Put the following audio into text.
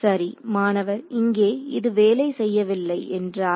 சரி மாணவர்இங்கே இது வேலை செய்யவில்லை என்றால்